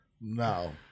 No